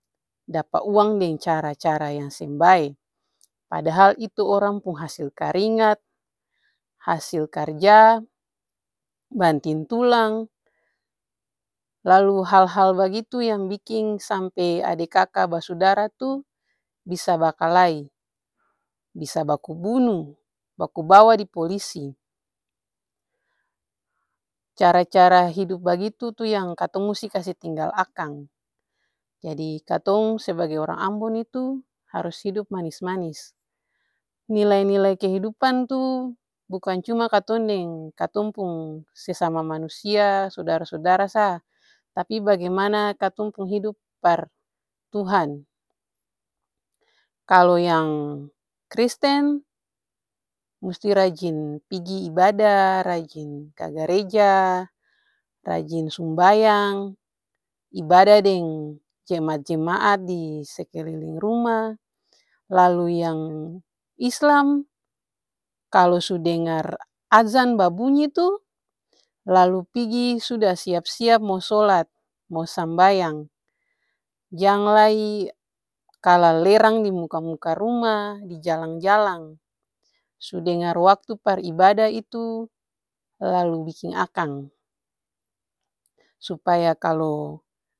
Dapa uang deng cara-cara yang seng bae, padahal itu orang pung hasil karingat, hasil karja banting tulang. Lalu hal-hal bagitu yang biking sampe ade kaka basudara tuh bisa bakalae, bisa baku bunu, baku bawa di polisi. Cara-cara hidup bagitu tuh yang katong musti kasi tinggal akang. Jadi katong sebagai orang ambon itu harus hidup manis-manis. Nilai-nilai kehidupan tuh bukan cuma katong deng katong pung sesama manusia sodara-sodara sa, tapi bagimana katong pung hidup par tuhan. Kalu yang kristen musti rajin pigi ibada, rajin ka gareja, rajin sumbayang, ibada deng jemaat-jemaat di sekeliling ruma. Lalu yang islam kalu su dengar adzan babunyi tuh lalu pigi suda siap-siap mo sholat, mo sambayang jang lai kalelerang dimuka-muka ruma, di jalang-jalang su dengar waktu par ibada itu lalu biking akang supaya kalu.